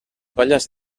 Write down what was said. colles